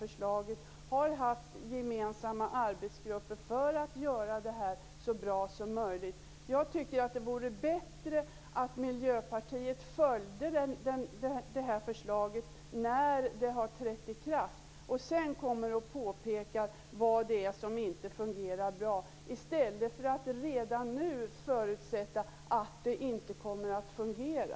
Man har haft gemensamma arbetsgrupper för att göra det så bra som möjligt. Jag tycker att det vore bättre om Miljöpartiet följde förslaget när det har trätt i kraft, och sedan påpekar vad det är som inte fungerar bra, i stället för att redan nu förutsätta att det inte kommer att fungera.